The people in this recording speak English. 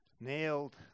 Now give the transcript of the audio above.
nailed